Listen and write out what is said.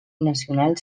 nacional